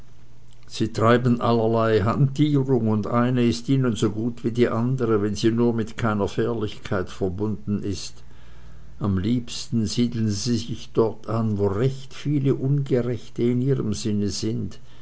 sie treiben allerlei hantierung und eine ist ihnen so gut wie die andere wenn sie nur mit keiner fährlichkeit verbunden ist am liebsten siedeln sie sich dort an wo recht viele ungerechte in ihrem sinne sind